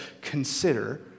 consider